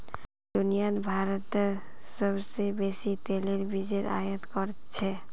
दुनियात भारतत सोबसे बेसी तेलेर बीजेर आयत कर छेक